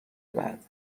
بعد